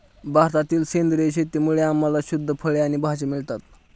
भारतातील सेंद्रिय शेतीमुळे आम्हाला शुद्ध फळे आणि भाज्या मिळतात